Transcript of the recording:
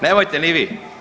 Nemojte ni vi.